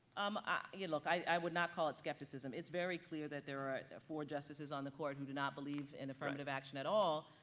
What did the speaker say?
um ah yeah look, i would not call it skepticism. it's very clear that there are four justices on the court who do not believe in affirmative action at all.